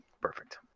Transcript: perfect